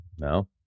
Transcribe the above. No